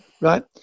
Right